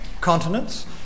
continents